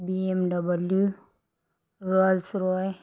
BMW Rolls-Royce